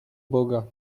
boga